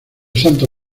santo